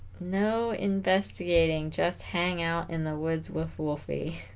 no investigating just hang out in the woods with wolfie